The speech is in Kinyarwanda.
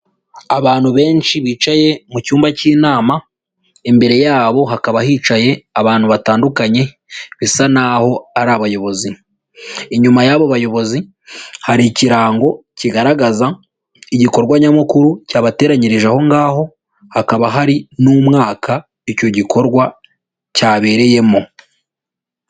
Abantu benshi bicaye mu cyumba cy'inama imbere yabo hakaba hicaye abantu batandukanye bisa n'aho ari abayobozi, inyuma y'abo bayobozi hari ikirango kigaragaza igikorwa nyamukuru cyabateranyirije aho ngaho hakaba hari n'umwaka icyo gikorwa cyabereyemo.